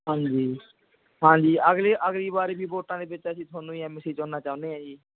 ਹਾਂਜੀ ਹਾਂਜੀ ਅਗਲੀ ਅਗਲੀ ਵਾਰ ਵੀ ਵੋਟਾਂ ਦੇ ਵਿੱਚ ਅਸੀਂ ਤੁਹਾਨੂੰ ਹੀ ਐੱਮ ਸੀ ਚੁਣਨਾ ਚਾਹੁੰਦੇ ਹਾਂ ਜੀ